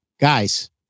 Guys